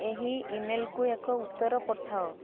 ଏହି ଇମେଲକୁ ଏକ ଉତ୍ତର ପଠାଅ